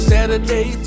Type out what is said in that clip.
Saturday